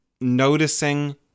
noticing